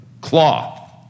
cloth